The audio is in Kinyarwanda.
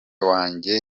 wanjye